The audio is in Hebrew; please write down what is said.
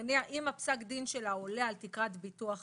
אם פסק הדין שלה עולה על תקרת ביטוח לאומי,